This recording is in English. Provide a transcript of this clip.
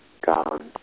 Gone